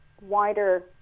wider